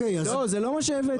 לא זה לא מה שהבאתי.